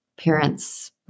parents